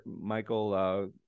Michael